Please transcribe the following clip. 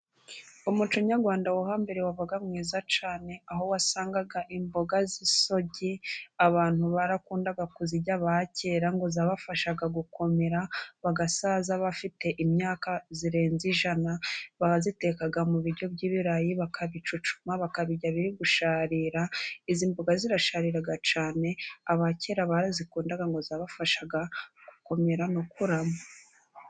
Umuco nyarwanda wo hambere wabaga mwiza cyane, aho wasangaga imboga z'isogi abantu barakundaga kuzirya ba kera, ngo zabafashaga gukomera bagasaza bafite imyaka irenze ijana, bazitekaga mu biryo by'ibirayi bakabicucuma bakabirya biri gusharira, izi mboga zirasharira cyane abakera barazikundaga, ngo zabafashaga gukomera no kurama.